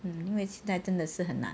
mm 因为现在真的是很难